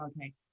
okay